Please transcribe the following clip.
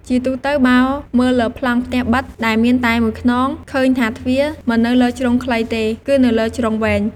ជាទូទៅបើមើលលើប្លង់ផ្ទះប៉ិតដែលមានតែមួយខ្នង ឃើញថាទ្វារមិននៅលើជ្រុងខ្លីទេ គឺនៅលើជ្រុងវែង។